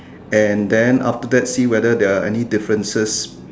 and then after that see whether the any differences